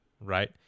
right